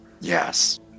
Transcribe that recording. Yes